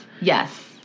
yes